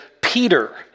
Peter